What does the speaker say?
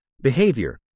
behavior